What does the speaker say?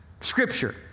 scripture